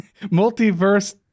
multiverse